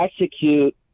execute